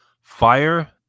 Fire